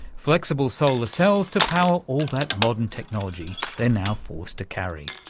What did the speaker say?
flexible solar cells to power all that modern technology they're now forced to carry,